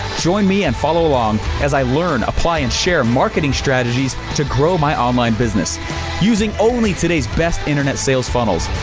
join me and follow along as i learn, apply and share marketing strategies to grow my online business using only today's best internet sales funnels.